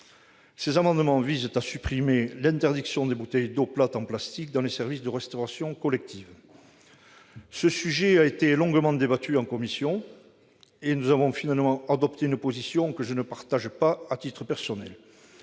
rectifié -, qui visent à supprimer l'interdiction des bouteilles d'eau plate en plastique dans les services de restauration collective. Ce sujet a été longuement débattu en commission. Nous avons finalement adopté une position que, à titre personnel,